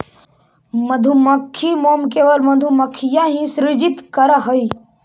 मधुमक्खी मोम केवल मधुमक्खियां ही सृजित करअ हई